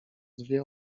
dwie